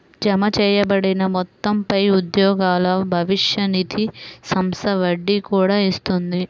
జమచేయబడిన మొత్తంపై ఉద్యోగుల భవిష్య నిధి సంస్థ వడ్డీ కూడా ఇస్తుంది